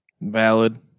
Valid